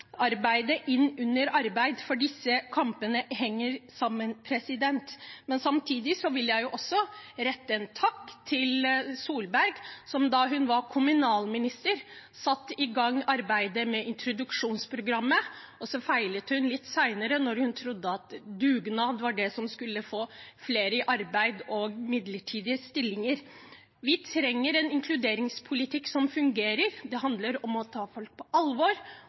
inn sammen med øvrig arbeid, for disse kampene henger sammen. Samtidig vil jeg også rette en takk til Erna Solberg, som da hun var kommunalminister, satte i gang arbeidet med introduksjonsprogrammet. Så feilet hun litt senere, da hun trodde at dugnad og midlertidige stillinger var det som skulle få flere i arbeid. Vi trenger en inkluderingspolitikk som fungerer. Det handler om å ta folk på alvor